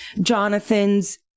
Jonathan's